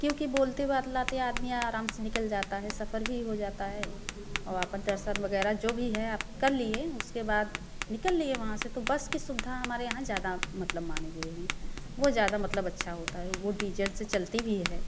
क्योंकि बोलते बतलाते आदमी आराम से निकल जाता है सफर भी हो जाता है और आपन दर्शन वगैरह जो भी है आप कर लिएँ उसके बाद निकल लिए वहाँ से तो बस की सुविधा हमारे यहाँ ज्यादा मतलब मांगे हुये हैं वो ज्यादा मतलब अच्छा होता है वो डीजल से चलती भी है